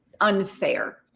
unfair